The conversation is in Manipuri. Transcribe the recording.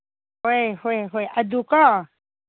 ꯍꯣꯏ ꯍꯣꯏ ꯍꯣꯏ ꯑꯗꯨꯀꯣ